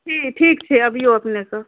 ठीक छै अबियौ अपनेसभ